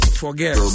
forget